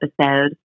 episode